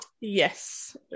Yes